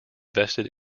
vested